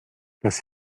das